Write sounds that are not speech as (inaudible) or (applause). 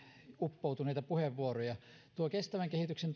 uppoutuneista puheenvuoroista kestävän kehityksen (unintelligible)